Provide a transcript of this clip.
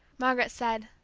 margaret said,